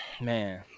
Man